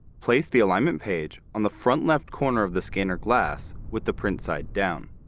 place the alignment page on the front-left corner of the scanner glass with the print side down.